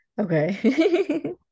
okay